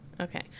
Okay